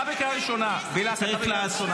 תודה.